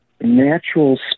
natural